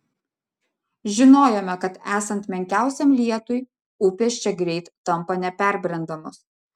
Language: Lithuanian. žinojome kad esant menkiausiam lietui upės čia greit tampa neperbrendamos